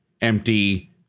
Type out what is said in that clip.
empty